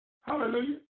hallelujah